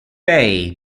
bei